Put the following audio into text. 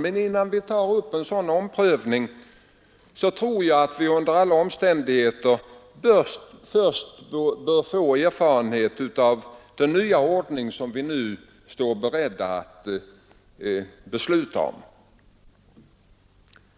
Men innan vi gör en sådan omprövning bör vi under alla omständigheter först skaffa oss erfarenheter av den nya ordning vi nu står beredda att besluta om.